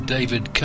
David